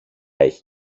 έχει